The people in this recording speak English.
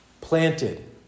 planted